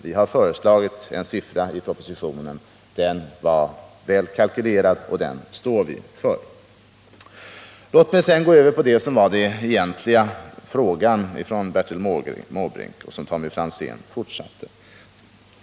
Vi har föreslagit en siffra i propositionen som var väl kalkylerad, och den står vi för. Låt mig sedan gå över till det som var Bertil Måbrinks egentliga fråga, vilken även Tommy Franzén tog upp.